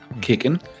kicking